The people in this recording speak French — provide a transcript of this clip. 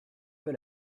peu